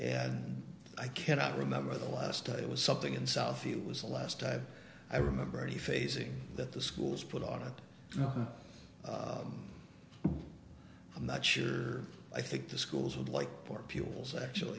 and i cannot remember the last time it was something in southfield was the last time i remember the facing that the schools put on it i'm not sure i think the schools would like poor people's actually